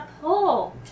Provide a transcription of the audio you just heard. pull